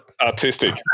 Artistic